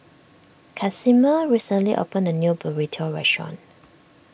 Casimer recently opened a new Burrito restaurant